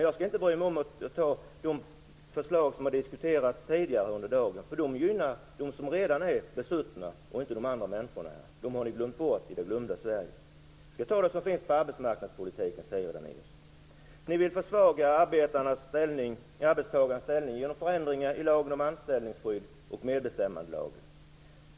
Jag skall inte bry mig om att ta upp de förslag som diskuterats tidigare under dagen, för de gynnar dem som redan är besuttna och inte de andra. Dem har ni glömt bort i det glömda Sverige. Jag skall ta upp de förslag som rör arbetsmarknadspolitiken, Siri Dannaeus. Ni vill försvaga arbetstagarnas ställning genom förändringar i lagen om anställningsskydd och medbestämmandelagen.